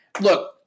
look